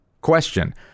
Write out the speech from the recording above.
Question